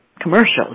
commercials